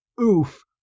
oof